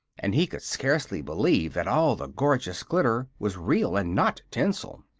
and he could scarcely believe that all the gorgeous glitter was real and not tinsel.